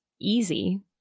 easy